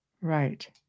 right